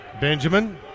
Benjamin